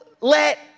let